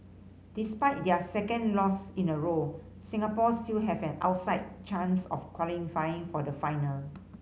despite their second loss in a row Singapore still have an outside chance of qualifying for the final